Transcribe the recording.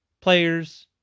players